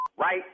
right